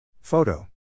Photo